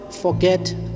forget